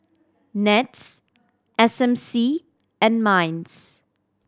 NETS S M C and MINDS